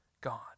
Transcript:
God